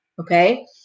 Okay